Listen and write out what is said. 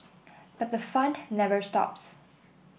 but the fun never stops